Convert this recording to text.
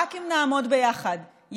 רק אם נעמוד ביחד,